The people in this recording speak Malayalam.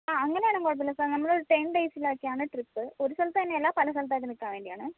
അങ്ങനെ ആണെങ്കിൽ കുഴപ്പമില്ല സർ നമ്മളൊരു ടെൻ ഡേയ്സിലേക്കാണ് ട്രിപ്പ് ഒരു സ്ഥലത്ത് തന്നെ അല്ല പല സ്ഥലത്തായിട്ട് നിൽക്കാൻ വേണ്ടിയാണ്